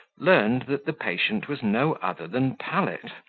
learned that the patient was no other than pallet,